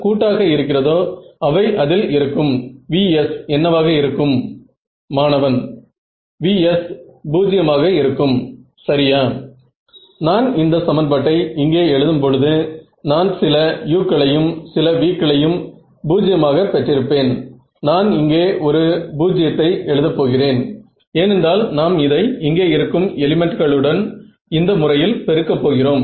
delta testing பங்க்ஷன்களால் என்ன நடக்கும் என்றால் நீங்கள் இதே மாதிரி சிலவற்றை பெறுவீர்கள்